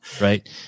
right